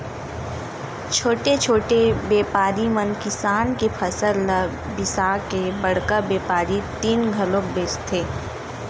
छोटे छोटे बेपारी मन किसान के फसल ल बिसाके बड़का बेपारी तीर घलोक बेचथे